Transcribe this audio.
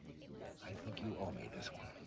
i think you owe me this one.